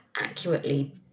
accurately